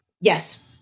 Yes